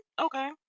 Okay